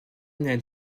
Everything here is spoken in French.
ned